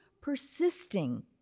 persisting